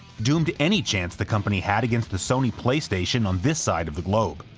doomed any chance the company had against the sony playstation on this side of the globe.